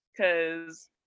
Cause